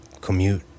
commute